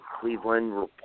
Cleveland